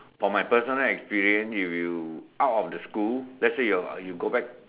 from my personal experience if you out of the school let's say you you go back